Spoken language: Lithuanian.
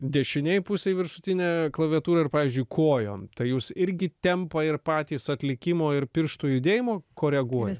dešinėj pusėj viršutinę klaviatūrą ir pavyzdžiui kojom tai jūs irgi tempą ir patys atlikimo ir pirštų judėjimo koreguoja